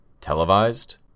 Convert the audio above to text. Televised